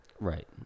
Right